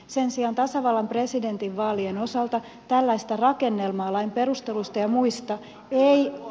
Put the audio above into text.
sen sijaan tasavallan presidentin vaalien osalta tällaista rakennelmaa lain perusteluista ja muista ei ole